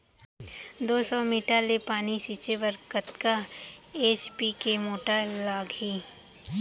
दो सौ मीटर ले पानी छिंचे बर कतका एच.पी के मोटर लागही?